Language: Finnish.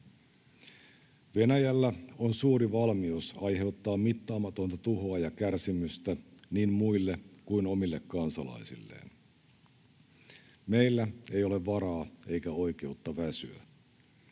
Venäjällä on suuri valmius aiheuttaa mittaamatonta tuhoa ja kärsimystä niin muille kuin omille kansalaisilleen. Meillä ei ole varaa eikä oikeutta väsyä.